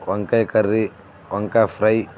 వంకాయ కర్రీ వంకాయ ఫ్రై